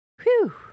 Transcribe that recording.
Whew